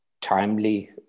timely